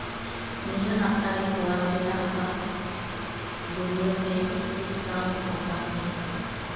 ᱱᱤᱭᱟᱹ ᱦᱟᱯᱛᱟ ᱨᱮ ᱠᱚᱞᱮᱡᱽ ᱨᱮᱭᱟᱜ ᱚᱠᱟ ᱫᱩᱨᱤᱵᱽ ᱨᱮ ᱰᱤᱥᱠᱟᱣᱩᱱᱴ ᱚᱯᱷᱟᱨ ᱢᱮᱱᱟᱜᱼᱟ